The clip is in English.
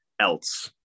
else